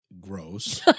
Gross